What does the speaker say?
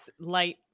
light